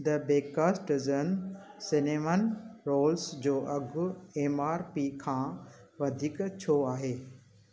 the baker's dozen cinnamon rolls जो अघु M R P खां वधीक छो आहे